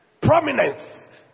prominence